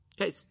Okay